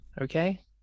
okay